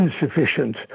insufficient